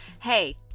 Hey